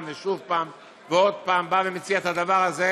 ושוב פעם ועוד פעם בא ומציע את הדבר הזה,